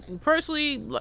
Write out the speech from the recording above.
personally